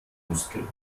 muskel